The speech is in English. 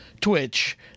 Twitch